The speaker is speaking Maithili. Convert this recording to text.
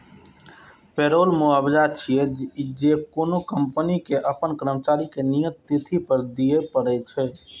पेरोल मुआवजा छियै, जे कोनो कंपनी कें अपन कर्मचारी कें नियत तिथि पर दियै पड़ै छै